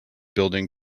building